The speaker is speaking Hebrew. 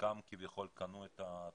שחלקם כביכול קנו את התעודות,